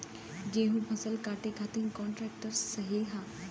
गेहूँक फसल कांटे खातिर कौन ट्रैक्टर सही ह?